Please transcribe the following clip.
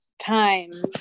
Times